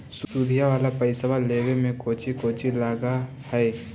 सुदिया वाला पैसबा लेबे में कोची कोची लगहय?